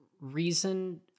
reason